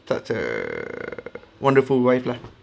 such err wonderful wife lah